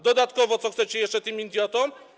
Dodatkowo co chcecie jeszcze tym idiotom dawać?